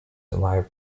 wife